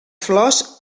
flors